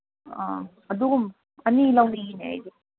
ꯑ ꯑꯅꯤ ꯂꯧꯅꯤꯡꯉꯤꯅꯦ ꯑꯩꯗꯤ